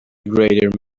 greater